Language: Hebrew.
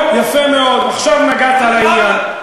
או, יפה מאוד, עכשיו נגעת בעניין.